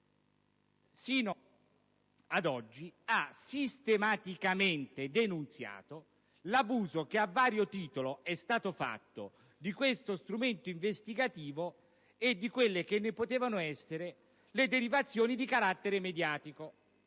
sino ad oggi ha sistematicamente denunziato l'abuso che, a vario titolo, è stato fatto di questo strumento investigativo e delle eventuali derivazioni di carattere mediatico.